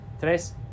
tres